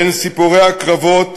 בין סיפורי הקרבות